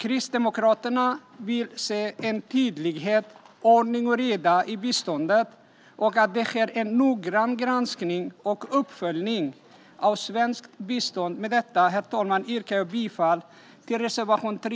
Kristdemokraterna vill se tydlighet och ordning och reda i biståndet och att det sker en noggrann granskning och uppföljning av svenskt bistånd. Med detta, herr talman, yrkar jag bifall till reservation 3.